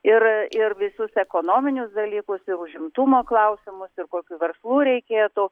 ir ir visus ekonominius dalykus ir užimtumo klausimus ir kokių verslų reikėtų